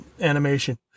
animation